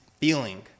feeling